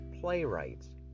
playwrights